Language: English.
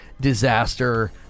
disaster